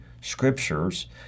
scriptures